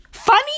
Funny